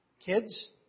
Kids